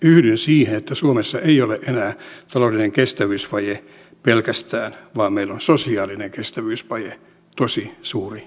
yhdyn siihen että suomessa ei ole enää taloudellinen kestävyysvaje pelkästään vaan meillä on sosiaalinen kestävyysvaje tosi suuri ongelma